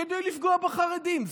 כדי לפגוע בחרדים.